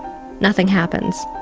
nothing happens.